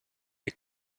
est